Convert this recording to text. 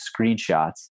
screenshots